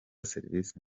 service